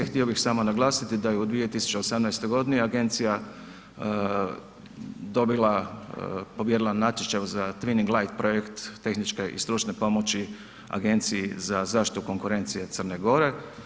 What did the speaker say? Htio bih samo naglasiti da je u 2018. godini agencija pobijedila na natječaju za Twinning light projekt tehničke i stručne pomoći Agenciji za zaštitu konkurencije Crne Gore.